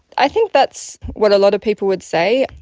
i think that's what a lot of people would say.